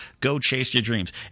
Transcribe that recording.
go-chase-your-dreams